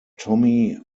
tommy